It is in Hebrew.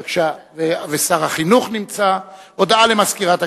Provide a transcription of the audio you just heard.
בבקשה, ושר החינוך נמצא, הודעה למזכירת הכנסת.